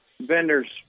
vendors